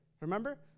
Remember